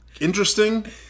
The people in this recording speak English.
interesting